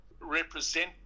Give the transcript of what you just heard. represent